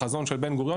בחזון של בן גוריון,